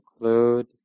include